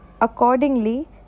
Accordingly